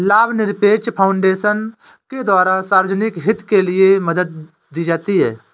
लाभनिरपेक्ष फाउन्डेशन के द्वारा सार्वजनिक हित के लिये मदद दी जाती है